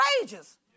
courageous